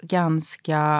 ganska